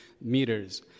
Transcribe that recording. meters